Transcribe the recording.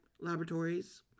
laboratories